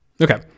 Okay